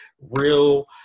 real